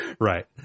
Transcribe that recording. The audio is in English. Right